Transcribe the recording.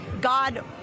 God